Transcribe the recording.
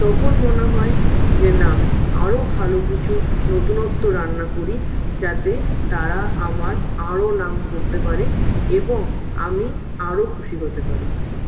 তখন মনে হয় যে না আরো ভালো কিছু নতুনত্ব রান্না করি যাতে তারা আমার আরো নাম করতে পারে এবং আমি আরো খুশি হতে পারি